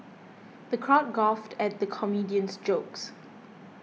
the crowd guffawed at the comedian's jokes